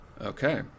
Okay